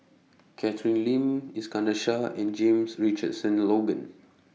Catherine Lim Iskandar Shah and James Richardson Logan